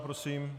Prosím.